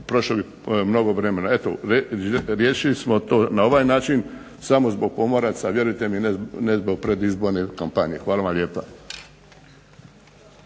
prošlo bi mnogo vremena. Eto riješili smo to na ovaj način, samo zbog pomoraca, vjerujte mi ne zbog predizborne kampanje. Hvala vam lijepa.